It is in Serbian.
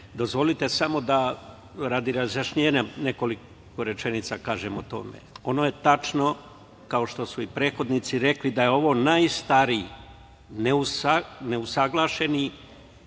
mene. Dozvolite samo da radi razjašnjenja nekoliko rečenica kažem o tome ono je tačno, kao što su i prethodnici rekli, da je ovo najstariji neusaglašeni